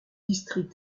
districts